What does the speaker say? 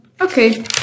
Okay